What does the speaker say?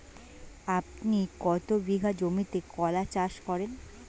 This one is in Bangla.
আপনি কত বিঘা জমিতে কলা চাষ করেন?